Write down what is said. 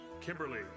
kimberly